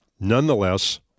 Nonetheless